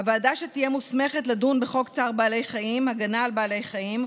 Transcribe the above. הוועדה שתהיה מוסמכת לדון בחוק צער בעלי חיים (הגנה על בעלי חיים),